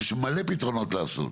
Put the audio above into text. יש מלא פתרונות לעשות.